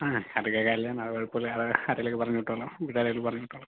ആ അതൊക്കെ കല്ല്യാണമാണോ അത് കുഴപ്പമില്ല അത് ആരെങ്കിലുമൊക്കെ പറഞ്ഞു വിട്ടോളാം ഇവിടെ ആരെയെങ്കിലും പറഞ്ഞു വിട്ടോളാം